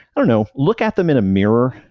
i don't know, look at them in a mirror,